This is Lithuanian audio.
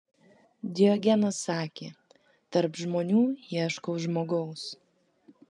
diogenas sakė tarp žmonių ieškau žmogaus